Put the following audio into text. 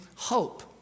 Hope